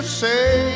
say